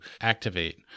activate